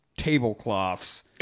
tablecloths